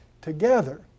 together